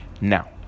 now